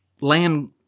land